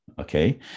okay